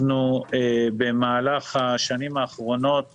במהלך השנים האחרונות